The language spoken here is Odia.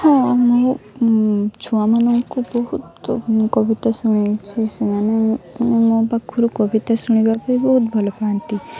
ହଁ ମୁଁ ଛୁଆମାନଙ୍କୁ ବହୁତ କବିତା ଶୁଣେଇଛି ସେମାନେ ମାନେ ମୋ ପାଖରୁ କବିତା ଶୁଣିବା ପାଇଁ ବହୁତ ଭଲ ପାଆନ୍ତି